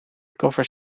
covers